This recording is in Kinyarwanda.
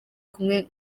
kumwe